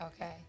Okay